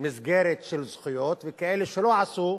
מסגרת של זכויות, וכאלה שלא עשו,